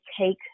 take